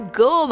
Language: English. go